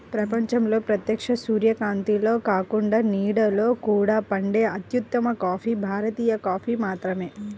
ప్రపంచంలో ప్రత్యక్ష సూర్యకాంతిలో కాకుండా నీడలో కూడా పండే అత్యుత్తమ కాఫీ భారతీయ కాఫీ మాత్రమే